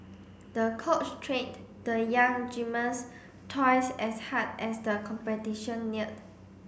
the coach trained the young gymnast twice as hard as the competition neared